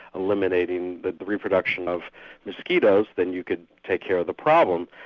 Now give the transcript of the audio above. eliminating the the reproduction of mosquitoes, then you could take care of the problem.